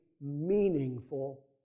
meaningful